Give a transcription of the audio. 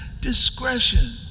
discretion